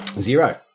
Zero